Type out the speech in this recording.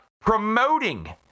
promoting